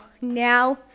now